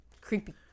creepy